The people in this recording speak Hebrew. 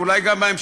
ואולי גם בהמשך,